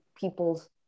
people's